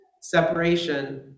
Separation